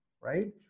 Right